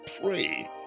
pray